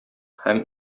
һәм